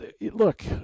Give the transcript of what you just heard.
look